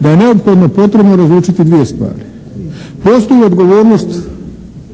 da je neophodno potrebno razlučiti dvije stvari. Postoji odgovornost